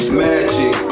magic